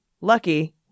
lucky